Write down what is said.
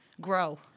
grow